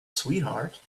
sweetheart